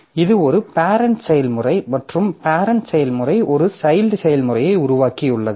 இது ஒரு பேரெண்ட் செயல்முறை மற்றும் பேரெண்ட் செயல்முறை ஒரு சைல்ட் செயல்முறையை உருவாக்கியுள்ளது